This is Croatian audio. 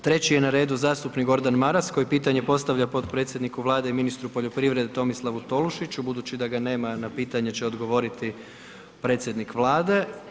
Treći je na redu zastupnik Gordan Maras koji pitanje postavlja potpredsjedniku Vlade i ministru poljoprivrede Tomislavu Tolušiću, budući da ga nema na pitanje će odgovoriti predsjednik Vlade.